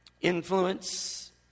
Influence